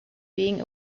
being